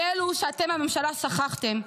היא אלו שאתם, הממשלה, שכחתם.